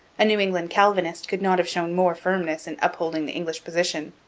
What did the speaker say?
a new england calvinist could not have shown more firmness in upholding the english position.